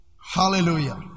Hallelujah